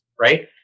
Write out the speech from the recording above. right